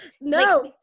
no